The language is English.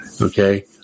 Okay